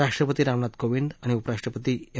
राष्ट्रपती रामनाथ कोविंद आणि उपराष्ट्रपती एम